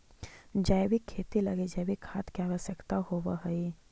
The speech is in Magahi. जैविक खेती लगी जैविक खाद के आवश्यकता होवऽ हइ